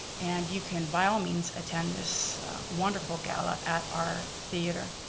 and you can by all means attend this wonderful gala at our theater.